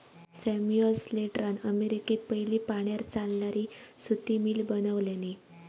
Samuel स्लेटरान अमेरिकेत पयली पाण्यार चालणारी सुती मिल बनवल्यानी